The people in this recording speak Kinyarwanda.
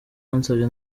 bansabye